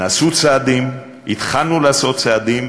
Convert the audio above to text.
נעשו צעדים, התחלנו לעשות צעדים,